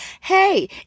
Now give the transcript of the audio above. Hey